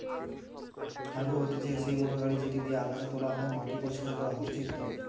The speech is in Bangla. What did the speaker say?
হাররো হতিছে সেই মোটর গাড়ি যেটি দিয়া আগাছা তোলা হয়, মাটি পরিষ্কার করা হতিছে ইত্যাদি